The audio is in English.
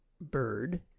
bird